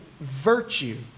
virtue